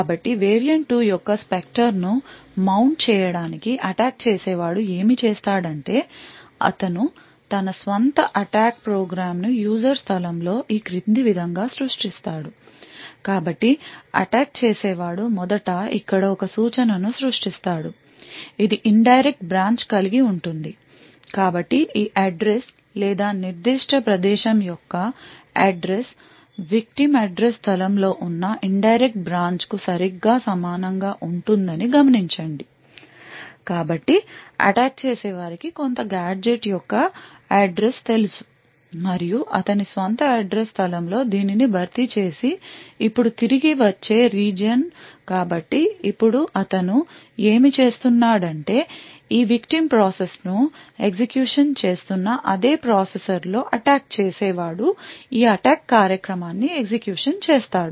కాబట్టి వేరియంట్ 2 యొక్క స్పెక్టర్ను మౌంట్ చేయడానికి అటాక్ చేసేవాడు ఏమి చేస్తాడంటే అతను తన స్వంత అటాక్ ప్రోగ్రామ్ను యూజర్ స్థలంతో ఈ క్రింది విధంగా సృష్టిస్తాడు కాబట్టి అటాక్ చేసేవాడు మొదట ఇక్కడ ఒక సూచనను సృష్టిస్తాడు ఇది ఇన్ డైరెక్ట్ బ్రాంచ్ కలిగి ఉంటుంది కాబట్టి ఈ అడ్రస్ లేదా ఈ నిర్దిష్ట ప్రదేశం యొక్క అడ్రస్ విక్టిమ్ అడ్రస్ స్థలంలో ఉన్న ఇన్ డైరెక్ట్ బ్రాంచ్ కు సరిగ్గా సమానంగా ఉంటుందని గమనించండి కాబట్టి అటాక్ చేసేవారికి కొంత గాడ్జెట్ యొక్క అడ్రస్ తెలుసు మరియు అతని స్వంత అడ్రస్ స్థలంలో దీనిని భర్తీ చేసి ఇప్పుడు తిరిగి వచ్చే రీజియన్ కాబట్టి ఇప్పుడు అతను ఏమి చేస్తున్నాడంటే ఈ విక్టిమ్ ప్రాసెస్ ను ఎగ్జిక్యూషన్ చేస్తున్న అదే ప్రాసెసర్లో అటాక్ చేసేవాడు ఈ అటాక్ కార్యక్రమాన్ని ఎగ్జిక్యూషన్ చేస్తాడు